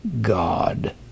God